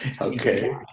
Okay